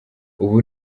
ubu